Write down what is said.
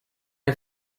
est